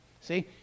See